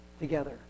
together